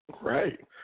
Right